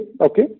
Okay